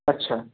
আচ্ছা